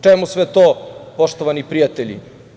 Čemu sve to, poštovani prijatelji?